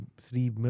three